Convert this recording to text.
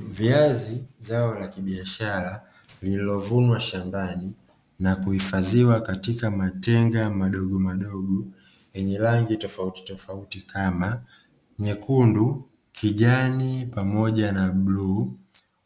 Viazi zao la kibiashara lililovunwa shambani na kuhifadhiwa katika matenga madogomadogo yenye rangi tofautitofauti kama nyekundu, kijani pamoja na bluu,